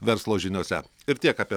verslo žiniose ir tiek apie